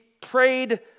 prayed